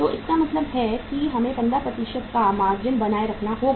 तो इसका मतलब है कि हमें 15 का मार्जिन बनाए रखना होगा